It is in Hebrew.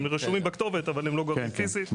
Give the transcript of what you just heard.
הם רשומים בכתובת אבל הם לא גרים פיזית,